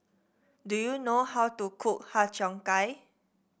do you know how to cook Har Cheong Gai